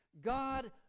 God